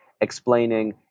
explaining